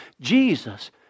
Jesus